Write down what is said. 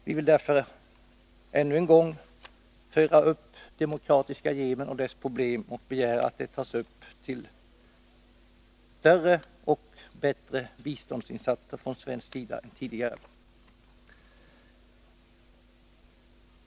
Vi vill därför ännu en gång ta upp Demokratiska folkrepubliken Yemen och dess problem och begära större och bättre biståndsinsatser än tidigare från svensk sida.